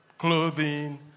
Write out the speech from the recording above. Clothing